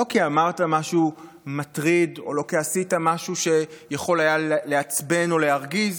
לא כי אמרת משהו מטריד או לא כי עשית משהו שיכול היה לעצבן או להרגיז,